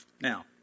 Now